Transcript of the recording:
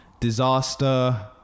Disaster